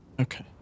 Okay